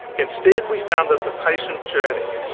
instead we found that the patient journey,